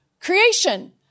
Creation